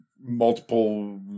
multiple